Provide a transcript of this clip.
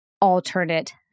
alternate